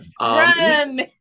Run